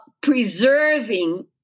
preserving